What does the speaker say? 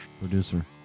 Producer